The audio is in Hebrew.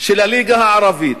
של הליגה הערבית.